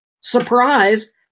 Surprise